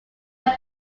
are